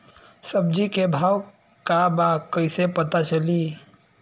सब्जी के भाव का बा कैसे पता चली?